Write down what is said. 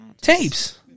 tapes